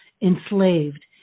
enslaved